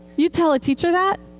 you tell a teacher that,